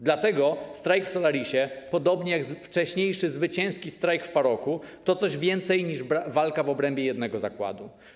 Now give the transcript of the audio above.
Dlatego strajk w Solarisie, podobnie jak wcześniejszy zwycięski strajk w firmie Paroc, to coś więcej niż walka w obrębie jednego zakładu.